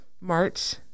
March